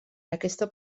aquesta